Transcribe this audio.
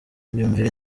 iyumvire